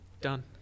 Done